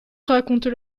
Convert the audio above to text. racontent